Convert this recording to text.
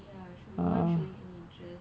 ya show~ no one showing any interest